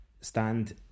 stand